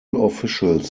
officials